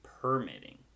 Permitting